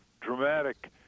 dramatic